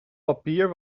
papier